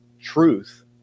truth